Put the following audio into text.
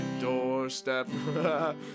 doorstep